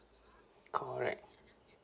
correct